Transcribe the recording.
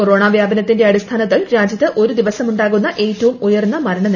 corona വ്യാപനത്തിന്റെ അടിസ്ഥാനത്തിൽ രാജ്യത്ത് ഒരു ദിവസമുണ്ടാകുന്ന ഏറ്റവും ഉയർന്ന മരണനിരക്കാണിത്